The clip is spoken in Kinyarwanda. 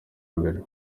mbere